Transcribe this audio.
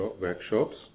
workshops